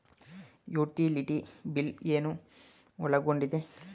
Utility bill ಏನು ಒಳಗೊಂಡಿದೆ?